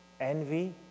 envy